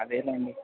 అదేలేండి